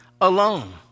alone